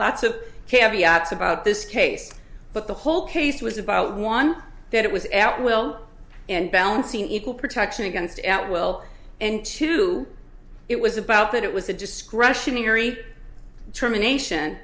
caveats about this case but the whole case was about one that it was a at will and balancing equal protection against at will and two it was about that it was a discretionary termination